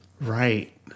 Right